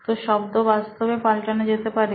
তোর শব্দ বাস্তবে পাল্টানো যেতে পারে